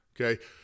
Okay